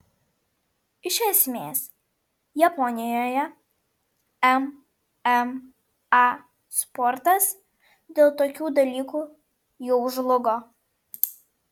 iš esmės japonijoje mma sportas dėl tokių dalykų jau žlugo